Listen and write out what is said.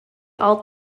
all